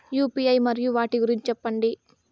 UPI మరియు వాటి గురించి సెప్పండి?